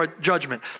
judgment